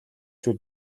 шүү